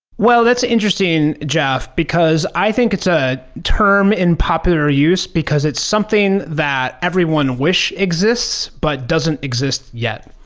well, that's interesting, jeff, because i think it's a term in popular use, because it's something that everyone wish exists, but doesn't exist yet.